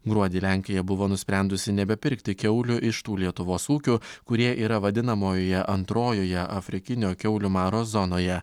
gruodį lenkija buvo nusprendusi nebepirkti kiaulių iš tų lietuvos ūkių kurie yra vadinamojoje antrojoje afrikinio kiaulių maro zonoje